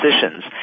decisions